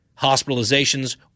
hospitalizations